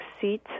seat